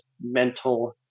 mental